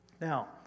Now